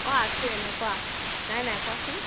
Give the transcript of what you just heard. অঁ আছোঁ এনেই কোৱা নাই নাই কোৱাচোন